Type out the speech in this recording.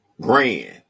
grand